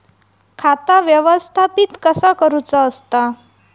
खाता व्यवस्थापित कसा करुचा असता?